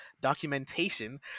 documentation